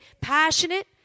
passionate